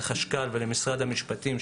לחשכ"ל ולמשרד המשפטים,